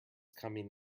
coming